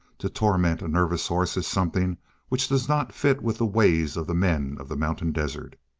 to torment a nervous horse is something which does not fit with the ways of the men of the mountain desert,